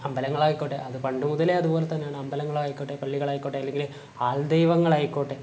അമ്പലങ്ങളായിക്കോട്ടെ അത് പണ്ട് മുതലേ അതുപോലെ തന്നെയാണ് അമ്പലങ്ങളായിക്കോട്ടെ പള്ളികളായിക്കോട്ടെ അല്ലെങ്കിൽ ആൾദൈവങ്ങളായിക്കോട്ടെ